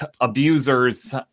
abusers